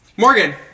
Morgan